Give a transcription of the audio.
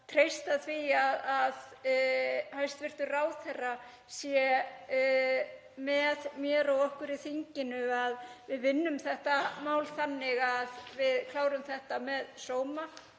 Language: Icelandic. treysta því að hæstv. ráðherra sé með mér og okkur í þinginu í því að við vinnum þetta mál þannig að við klárum það með sóma